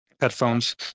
headphones